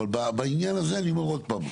אבל בעניין הזה אני אומר עוד פעם,